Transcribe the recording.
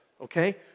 okay